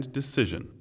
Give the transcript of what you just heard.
decision